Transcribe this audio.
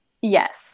Yes